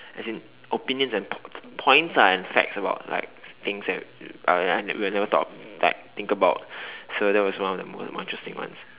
as in opinions and p~ p~ points lah and facts about like things and uh ya we'll never thought like think about so that was one of the most more interesting ones